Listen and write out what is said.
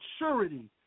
maturity